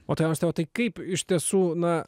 o tai auste o tai kaip iš tiesų na